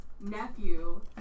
nephew